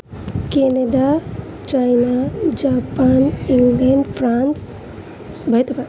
Canada China Japan England France